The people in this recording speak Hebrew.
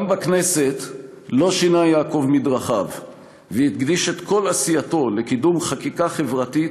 גם בכנסת לא שינה מדרכיו והקדיש את כל עשייתו לקידום חקיקה חברתית,